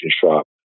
shop